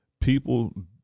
People